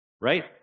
right